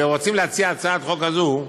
ורוצים להציע הצעת חוק כזאת,